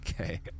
Okay